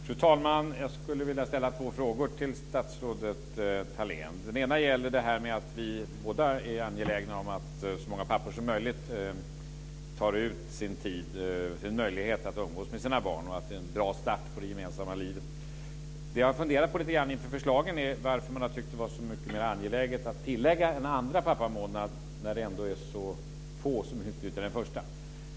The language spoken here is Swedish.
Fru talman! Jag skulle vilja ställa två frågor till statsrådet Thalén. Den ena gäller detta med att vi båda är angelägna om att så många pappor som möjligt tar ut sin möjlighet att umgås med sina barn, då det är en bra start på det gemensamma livet. Det jag funderat på lite grann inför förslagen är varför man tyckt att det är så angeläget att tillägga en andra pappamånad när det ändå är så få som utnyttjar den första.